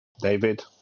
David